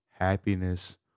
happiness